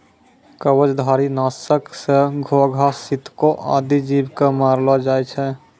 कवचधारी? नासक सँ घोघा, सितको आदि जीव क मारलो जाय छै